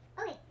Okay